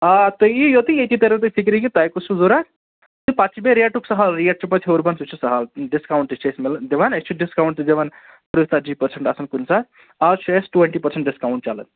آ آ تُہۍ یِیِو یوٚتُے ییٚتی تروٕ تۅہہِ فِکرِ کہِ تۅہہِ کُس چھُ ضروٗرت تہٕ پَتہٕ چھُ بیٚیہِ ریٚٹُک سَہل ریٚٹ چھُ پَتہٕ ہیٚور بۅن سُہ چھُ سَہل ڈِسکاوُنٛٹ تہِ چِھ أسۍ دِوان أسۍ چھِ ڈِسکاوُنٛٹ تہِ دِوان ترٕٛہ ژتجی پٔرسنٛٹ آسان کُنہِ ساتہٕ اَز چھُ اَسہِ ٹُونٹی پٔرسنٛٹ ڈِسکاوُنٛٹ چَلان